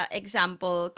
example